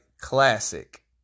classic